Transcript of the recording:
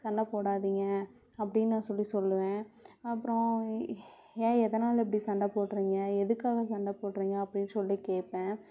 சண்டை போடாதிங்க அப்படினு நான் சொல்லி சொல்லுவேன் அப்றம் ஏ எதனால் இப்படி சண்டை போடுகிறிங்க எதுக்காக சண்டை போடுகிறிங்க அப்படினு சொல்லி கேட்பேன்